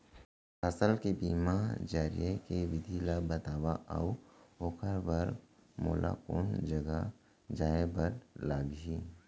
फसल के बीमा जरिए के विधि ला बतावव अऊ ओखर बर मोला कोन जगह जाए बर लागही?